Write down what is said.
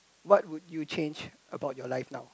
what would you change about your life now